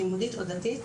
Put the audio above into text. לימודית או דתית,